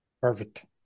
perfect